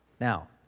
Now